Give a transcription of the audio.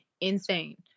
insane